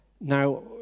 Now